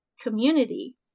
community